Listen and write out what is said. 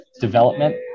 development